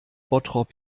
bottrop